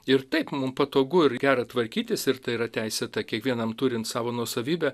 ir taip mum patogu ir gera tvarkytis ir tai yra teisėta kiekvienam turint savo nuosavybę